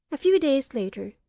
a few days later,